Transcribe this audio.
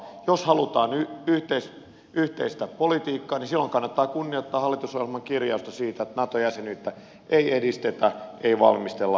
jos halutaan yhteistä politiikkaa niin silloin kannattaa kunnioittaa hallitusohjelman kirjausta siitä että nato jäsenyyttä ei edistetä ei valmistella ei haeta